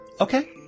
Okay